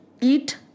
eat